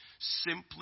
simply